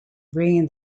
bringing